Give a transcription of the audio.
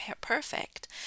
perfect